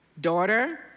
daughter